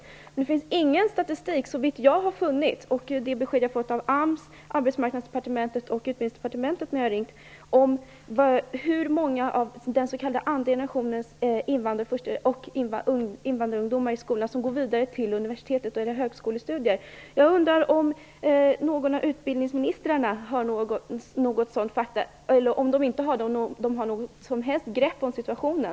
Såvitt jag har funnit finns det ingen statistik - det är det besked jag har fått av AMS, Arbetsmarknadsdepartementet och Utbildningsdepartementet när jag har ringt - om hur många av den s.k. andra generationens invandrarungdomar som går vidare från skolan till universitets eller högskolestudier. Jag undrar om någon av ministrarna med ansvar för utbildning har några sådana fakta, och om de inte har sådana om de har något som helst grepp om situationen.